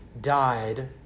died